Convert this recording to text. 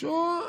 שהוא,